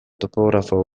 topografo